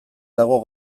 dago